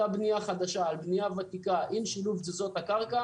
אותה בנייה חדשה על בנייה ותיקה עם שילוב תזוזות הקרקע